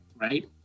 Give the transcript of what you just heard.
right